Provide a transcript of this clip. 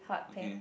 okay